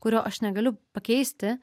kurio aš negaliu pakeisti